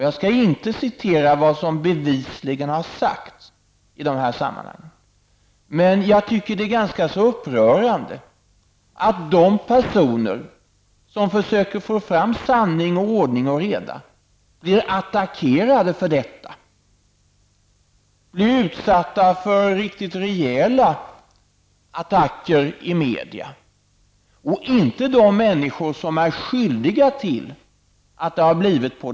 Jag skall inte citera vad som bevisligen har sagts i de sammanhangen. Men det är upprörande att de personer som försöker få fram sanning, ordning och reda blir utsatta för riktigt rejäla attacker i massmedia. Det gäller inte de människor som är skyldiga till att det har blivit så.